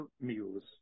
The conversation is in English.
muse